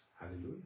Hallelujah